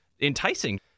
enticing